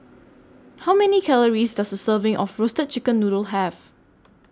How Many Calories Does A Serving of Roasted Chicken Noodle Have